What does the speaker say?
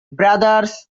brothers